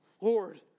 Lord